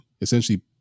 essentially